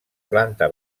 planta